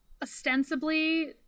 Ostensibly